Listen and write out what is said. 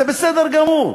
זה בסדר גמור.